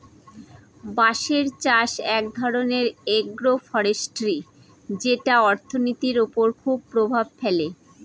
বাঁশের চাষ এক ধরনের এগ্রো ফরেষ্ট্রী যেটা অর্থনীতির ওপর খুব প্রভাব ফেলে